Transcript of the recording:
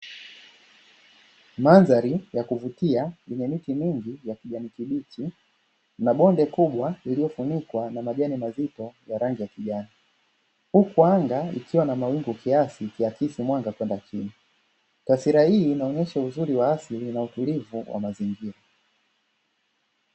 Mandhari ya kuvutia yenye miti mingi ya kuvutia ya kijani kibichi na bonde kubwa lililofunika na majani mazito ya rangi ya kijani, huku anga likiwa na mawingu kiasi ikiasi mwanga kwenda chini. Taswira hii inaonyesha uzuri wa asili na utulivu wa mazingira.